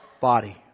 body